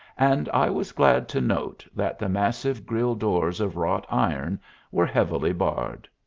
and i was glad to note that the massive grille doors of wrought iron were heavily barred.